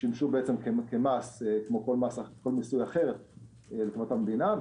שולמו כמס כמו כל מיסוי אחר לקופת המדינה,